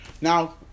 Now